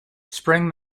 spring